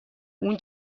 اون